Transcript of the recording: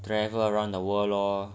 travel around the world